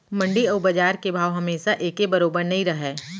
मंडी अउ बजार के भाव हमेसा एके बरोबर नइ रहय